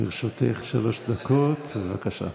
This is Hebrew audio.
לרשותך שלוש דקות, בבקשה.